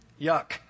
Yuck